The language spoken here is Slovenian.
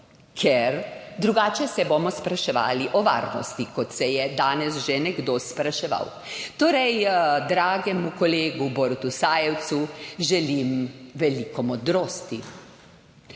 ker drugače se bomo spraševali o varnosti, kot se je danes že nekdo spraševal. Torej dragemu kolegu Borutu Sajovicu želim veliko modrosti.